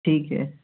ठीक है